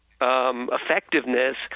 effectiveness